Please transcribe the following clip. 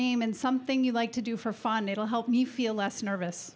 name and something you like to do for fun it will help me feel less nervous